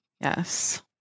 Yes